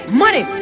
money